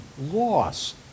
lost